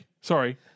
sorry